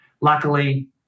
luckily